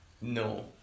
no